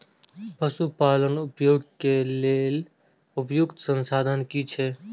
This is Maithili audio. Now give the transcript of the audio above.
पशु पालन उद्योग के लेल उपयुक्त संसाधन की छै?